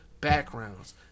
backgrounds